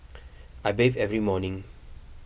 I bathe every morning